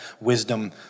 wisdom